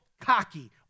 cocky